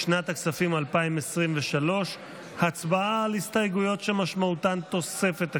לשנת הכספים 2023. הצבעה על הסתייגויות שמשמעותן תוספת תקציב.